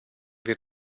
wird